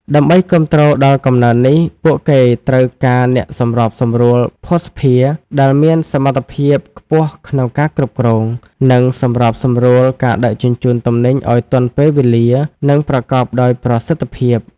ដើម្បីគាំទ្រដល់កំណើននេះ ពួកគេត្រូវការអ្នកសម្របសម្រួលភស្តុភារដែលមានសមត្ថភាពខ្ពស់ក្នុងការគ្រប់គ្រង និងសម្របសម្រួលការដឹកជញ្ជូនទំនិញឱ្យទាន់ពេលវេលា និងប្រកបដោយប្រសិទ្ធភាព។